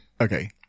Okay